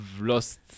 lost